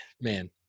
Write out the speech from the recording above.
man